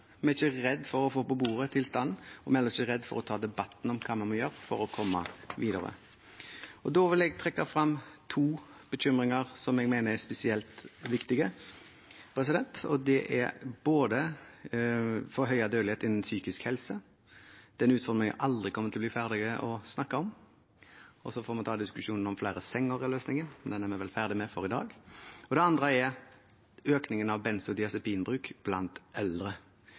vi er ikke redd for å få tilstanden på bordet, og vi er heller ikke redd for å ta debatten om hva vi må gjøre for å komme videre. Da vil jeg trekke frem to bekymringer som jeg mener er spesielt viktige. Det ene er forhøyet dødelighet innen psykisk helse. Det er en utfordring vi aldri kommer til å bli ferdig med å snakke om. Vi får ta diskusjonen om flere senger er løsningen, men den er vi vel ferdig med for i dag. Det andre er økningen av benzodiazepinbruk blant eldre.